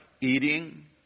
Eating